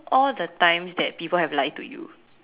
all the times that people have lied to you